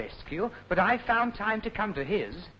rescue but i found time to come to his